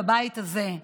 בבית הזה,